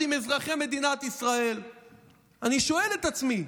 עם אזרחי מדינת ישראל אני שואל את עצמי: